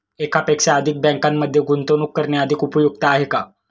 एकापेक्षा अधिक बँकांमध्ये गुंतवणूक करणे अधिक उपयुक्त आहे का?